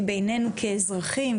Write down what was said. בינינו כאזרחים,